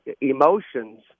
emotions